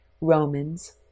Romans